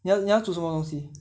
你要你要煮什么东西